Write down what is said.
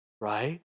right